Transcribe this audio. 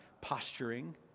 posturing